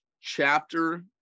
chapter